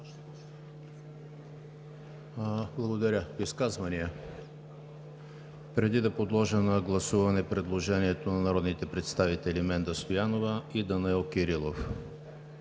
ХРИСТОВ: Изказвания? Няма. Подлагам на гласуване предложението на народните представители Менда Стоянова и Данаил Кирилов,